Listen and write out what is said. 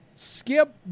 Skip